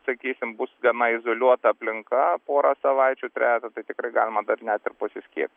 sakysim bus gana izoliuota aplinka porą savaičių trejeta bet tikrai galima dar net ir pasiskie